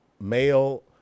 male